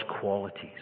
qualities